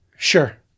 Sure